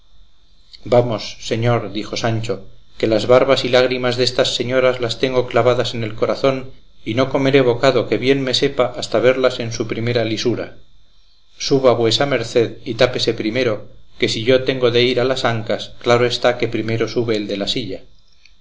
vamos señor dijo sancho que las barbas y lágrimas destas señoras las tengo clavadas en el corazón y no comeré bocado que bien me sepa hasta verlas en su primera lisura suba vuesa merced y tápese primero que si yo tengo de ir a las ancas claro está que primero sube el de la silla